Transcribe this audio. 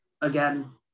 again